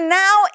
now